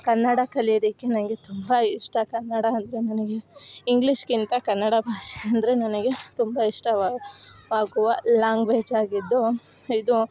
ಕನ್ನಡ ಕಲಿಯೋದಕ್ಕೆ ನಂಗೆ ತುಂಬ ಇಷ್ಟ ಕನ್ನಡ ಅಂದರೆ ನನಗೆ ಇಂಗ್ಲೀಷ್ಕ್ಕಿಂತ ಕನ್ನಡ ಭಾಷೆ ಅಂದರೆ ನನಗೆ ತುಂಬ ಇಷ್ಟವಾ ಆಗುವ ಲಾಂಗ್ವೇಜ್ ಆಗಿದ್ದು ಇದು